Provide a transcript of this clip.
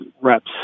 reps